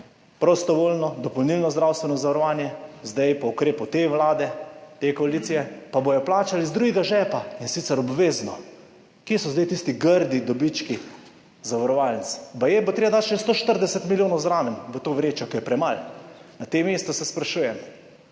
prostovoljno dopolnilno zdravstveno zavarovanje, zdaj po ukrepu te vlade, te koalicije, pa bodo plačali iz drugega žepa, in sicer obvezno. Kje so zdaj tisti grdi dobički zavarovalnic? Baje bo treba dati še 140 milijonov zraven v to vrečo, ker je premalo. Na tem mestu se sprašujem,